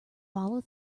follow